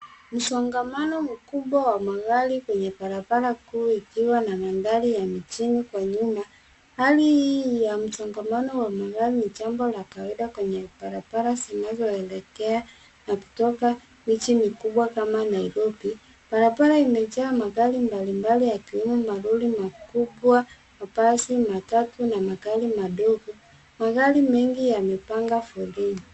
Msongamano mkubwa wa magari kwenye barabara kuu ikiwa na mandhari ya mjini kwa nyuma. Hali hii ni ya msongamano wa magari ni jambo la kawaida kwenye barabara zinazoelekea na kutoka miji mikubwa kama Nairobi. Barabara imejaa magari mbalimbali yakiwemo malori makubwa, mabasi, matatu na magari madogo. Magari mengi yamepanga foleni.